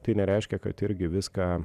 tai nereiškia kad irgi viską